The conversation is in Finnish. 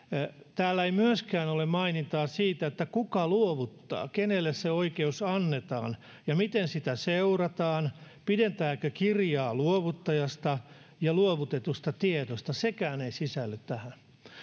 täällä ei ole mainintaa siitä kuka luovuttaa kenelle se oikeus annetaan ja miten sitä seurataan pidetäänkö kirjaa luovuttajasta ja luovutetusta tiedosta sekään ei sisälly tähän